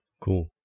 Cool